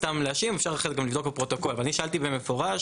אפשר לבדוק בפרוטוקול אבל אני שאלתי במפורש